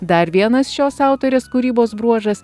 dar vienas šios autorės kūrybos bruožas